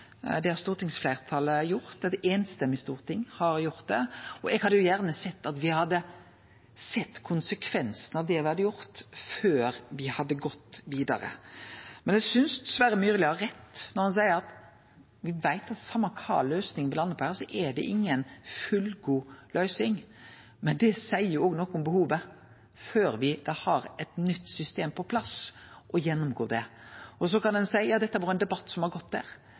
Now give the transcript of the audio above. Det har stortingsfleirtalet gjort, det er eit samrøystes storting som har gjort det. Eg hadde gjerne sett at me hadde sett konsekvensen av det me hadde gjort, før me gjekk vidare. Men eg synest Sverre Myrli har rett når han seier at me veit at same kva løysing me landar på her, er det inga fullgod løysing. Men det seier òg noko om behovet, før me har eit nytt system på plass, for å gjennomgå det. Ein kan seie at dette har vore ein debatt som har gått.